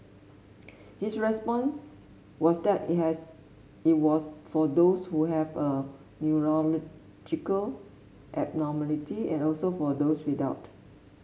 his response was that it has it was for those who have a neurological abnormality and also for those without